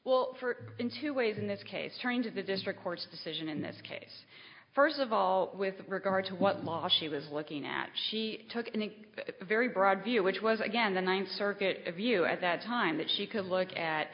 well for in two ways in this case turning to the district court's decision in this case first of all with regard to what law she was looking at she took in a very broad view which was again the ninth circuit a view at that time that she could look at